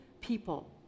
people